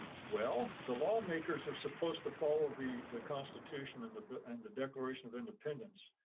well, the lawmakers are supposed to follow the the constitution and the and the declaration of independence.